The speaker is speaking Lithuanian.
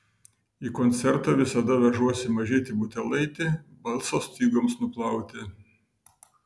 į koncertą visada vežuosi mažytį butelaitį balso stygoms nuplauti